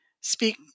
speak